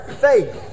faith